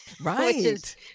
right